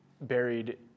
buried